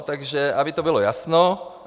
Takže aby to bylo jasno.